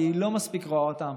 כי היא לא מספיק רואה אותם,